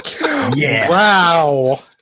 Wow